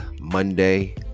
Monday